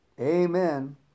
Amen